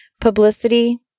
Publicity